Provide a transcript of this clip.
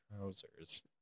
trousers